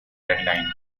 deadline